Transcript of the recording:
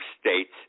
states